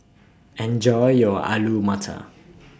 Enjoy your Alu Matar